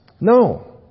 No